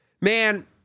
man